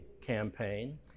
campaign